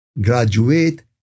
graduate